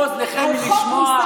תאטמו אוזניכם מלשמוע.